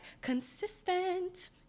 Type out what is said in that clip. consistent